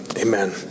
amen